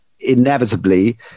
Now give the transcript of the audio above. inevitably